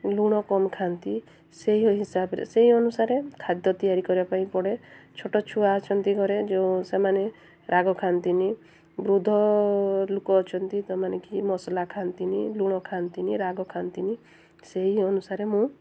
ଲୁଣ କମ୍ ଖାଆନ୍ତି ସେହି ହିସାବରେ ସେଇ ଅନୁସାରେ ଖାଦ୍ୟ ତିଆରି କରିବା ପାଇଁ ପଡ଼େ ଛୋଟ ଛୁଆ ଅଛନ୍ତି ଘରେ ଯେଉଁ ସେମାନେ ରାଗ ଖାଆନ୍ତିନି ବୃଦ୍ଧ ଲୋକ ଅଛନ୍ତି ତ ମାନେ କି ମସଲା ଖାନ୍ତିନି ଲୁଣ ଖାନ୍ତିନି ରାଗ ଖାନ୍ତିନି ସେହି ଅନୁସାରେ ମୁଁ